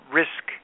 risk